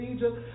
Egypt